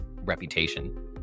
reputation